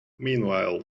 meanwhile